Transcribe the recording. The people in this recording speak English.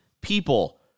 people